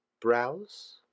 browse